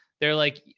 they're like,